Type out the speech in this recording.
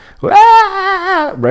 right